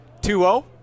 2-0